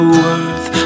worth